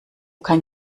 kein